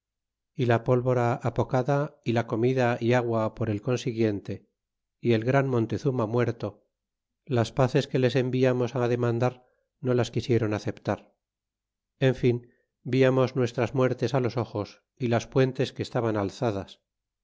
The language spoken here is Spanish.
y la pólvora apocada y la comida y agua por el consiguiente y el gran montezuma muerto las pazes que les enviamos demandar no las quisieron aceptar en fin viamos nuestras muertes los ojos y las puentes que estaban alzadas